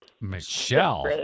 Michelle